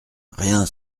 rien